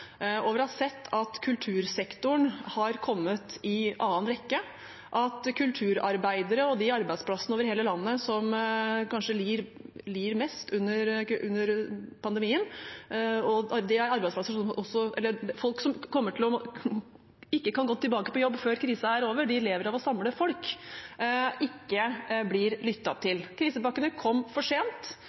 sett at kultursektoren har kommet i annen rekke, at kulturarbeidere og de arbeidsplassene over hele landet som kanskje lider mest under pandemien, folk som ikke kan gå tilbake på jobb før krisen er over, og som lever av å samle folk, ikke blir lyttet til. Krisepakkene kom for sent,